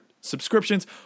subscriptions